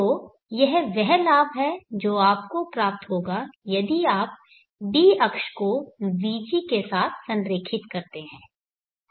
तो यह वह लाभ है जो आपको प्राप्त होगा यदि आप d अक्ष को vg के साथ संरेखित करते हैं